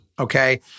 okay